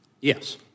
Yes